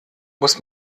muss